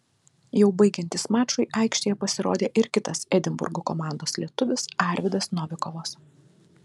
jau baigiantis mačui aikštėje pasirodė ir kitas edinburgo komandos lietuvis arvydas novikovas